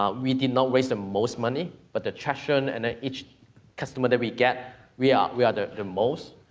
um we did not raise the most money, but the traction and ah each customer that we get, we are we are the the most.